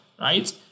right